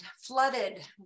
flooded